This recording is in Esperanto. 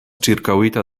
ĉirkaŭita